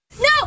No